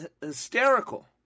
hysterical